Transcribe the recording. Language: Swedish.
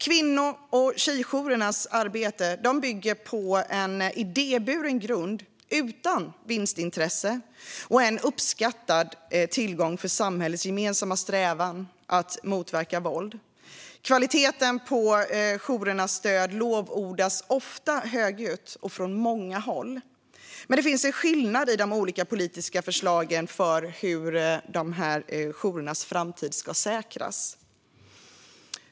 Kvinno och tjejjourernas arbete bygger på en idéburen grund utan vinstintresse och är en uppskattad tillgång för samhällets gemensamma strävan att motverka våld. Kvaliteten på jourernas stöd lovordas ofta högljutt och från många håll. Men det finns en skillnad i de olika politiska förslagen gällande hur jourernas framtid ska säkras.